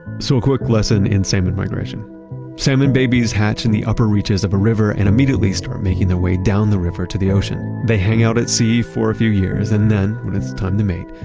so a quick lesson in salmon migration salmon babies hatch in the upper reaches of a river, and immediately start making their way down the river to the ocean. they hang out at sea for a few years, and then, when it's time to mate,